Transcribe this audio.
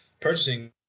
purchasing